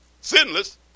sinless